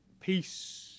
peace